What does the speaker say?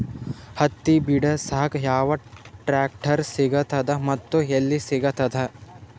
ಹತ್ತಿ ಬಿಡಸಕ್ ಯಾವ ಟ್ರಾಕ್ಟರ್ ಸಿಗತದ ಮತ್ತು ಎಲ್ಲಿ ಸಿಗತದ?